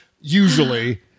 Usually